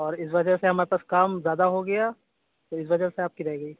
اور اس وجہ سے ہمارے پاس کام زیادہ ہو گیا تو اس وجہ سے آپ کی رہ گئی